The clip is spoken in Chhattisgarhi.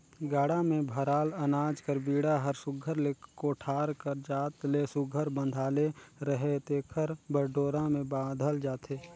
गाड़ा मे भराल अनाज कर बीड़ा हर सुग्घर ले कोठार कर जात ले सुघर बंधाले रहें तेकर बर डोरा मे बाधल जाथे